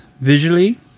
visually